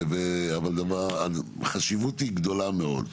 אבל, החשיבות היא גדולה מאוד.